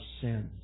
sins